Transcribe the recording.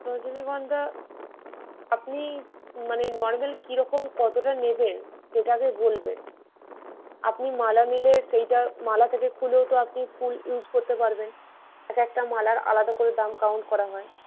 রজনীগন্ধা আপনি মানে নর্মাল কি রকম কতটা নেবেন সেটা আগে বলবেন আপনি মালা নিলে সেইটা মালা থেকে খুলেও তো আপনি ফুল ইউজ করতে পারবেন এক একটা মালার আলাদা করে দাম কাউন্ট করা হয়